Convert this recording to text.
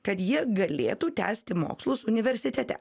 kad jie galėtų tęsti mokslus universitete